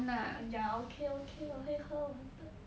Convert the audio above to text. !aiya! okay okay 我会喝完的